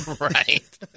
Right